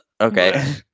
Okay